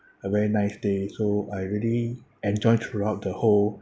a very nice day so I really enjoy throughout the whole